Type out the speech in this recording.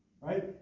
Right